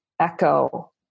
echo